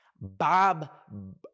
Bob